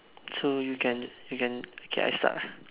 so you can you can k I start ah